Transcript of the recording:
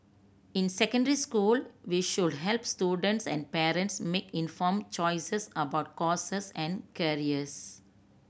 in secondary school we should help students and parents make informed choices about courses and careers